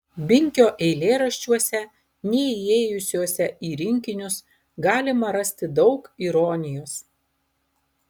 binkio eilėraščiuose neįėjusiuose į rinkinius galima rasti daug ironijos